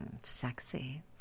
Sexy